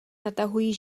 natahují